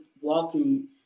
walking